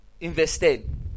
Invested